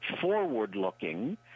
forward-looking